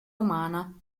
umana